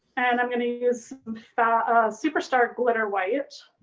and i'm gonna use superstar glitter white.